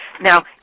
Now